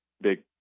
big